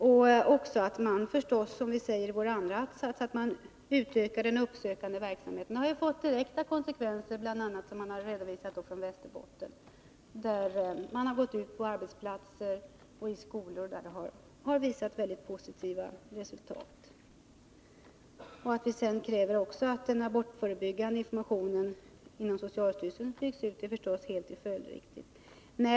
Och det gäller också, som vi säger i vår andra att-sats, att utöka den uppsökande verksamheten. Den kan få direkta konsekvenser, som det har redovisats bl.a. från Västerbotten, där man har gått ut på arbetsplatser och i skolor och fått mycket positiva resultat. Att vi också kräver att den abortförebyggande informationen inom socialstyrelsen byggs ut är förstås helt följdriktigt.